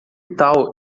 tal